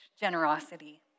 generosity